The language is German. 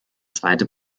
zweite